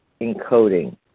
encoding